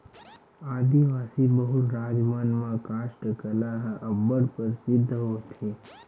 आदिवासी बहुल राज मन म कास्ठ कला ह अब्बड़ परसिद्ध होथे